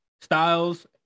Styles